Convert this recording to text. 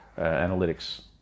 analytics